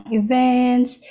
events